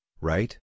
right